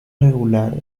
regular